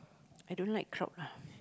I don't like crowd lah